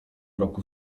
roku